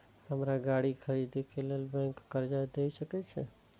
हमरा गाड़ी खरदे के लेल बैंक कर्जा देय सके छे?